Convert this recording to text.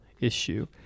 issue